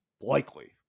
likely